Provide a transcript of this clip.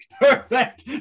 Perfect